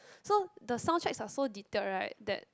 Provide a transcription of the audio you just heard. so the soundtracks are so detailed right that